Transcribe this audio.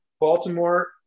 Baltimore